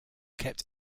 kept